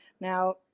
Now